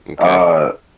Okay